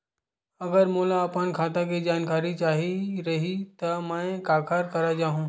अगर मोला अपन खाता के जानकारी चाही रहि त मैं काखर करा जाहु?